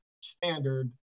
standard